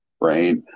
Right